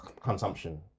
consumption